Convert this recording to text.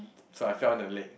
so I fell in the lake